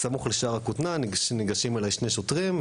סמוך לשער הכותנה ניגשים אליי שני שוטרים,